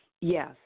Yes